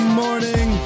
morning